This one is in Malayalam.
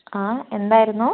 അ എന്തായിരുന്നു